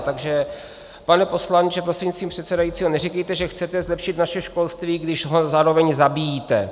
Takže pane poslanče prostřednictvím předsedajícího, neříkejte, že chcete zlepšit naše školství, když ho zároveň zabíjíte.